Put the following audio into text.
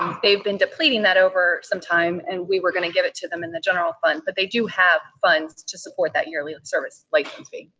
they've been depleting that over some time, and we were going to give it to them in the general fund. but they do have funds to support that yearly service license fee,